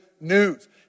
news